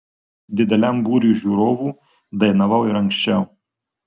dideliam būriui žiūrovų dainavau ir anksčiau